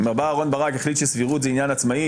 בא אהרן ברק והחליט שסבירות זה עניין עצמאי,